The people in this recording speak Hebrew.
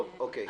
טוב, אוקיי.